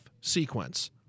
sequence